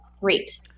great